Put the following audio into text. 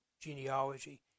genealogy